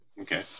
okay